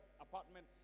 apartment